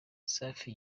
safi